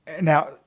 now